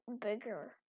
bigger